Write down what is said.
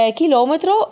chilometro